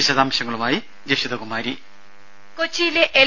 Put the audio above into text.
വിശദാംശങ്ങളുമായി ജഷിതകുമാരി ദ്ദേ കൊച്ചിയിലെ എൽ